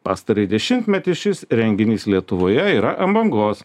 pastarąjį dešimtmetį šis renginys lietuvoje yra ant bangos